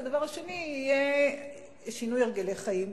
והדבר השני יהיה שינוי הרגלי חיים,